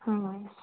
हा